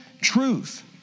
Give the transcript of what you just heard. truth